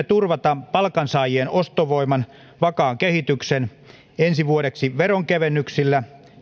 turvata palkansaajien ostovoiman vakaan kehityksen ensi vuodeksi veronkevennyksillä